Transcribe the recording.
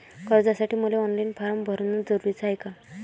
कर्जासाठी मले online form भरन जरुरीच हाय का?